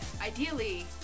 ideally